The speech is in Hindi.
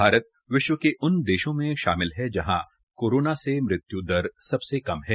भारत विश्व के उन देशों में शामिल है जहां कोरोना से मृत्यु दर सबसे कम है